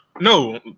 No